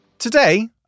Today